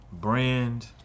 brand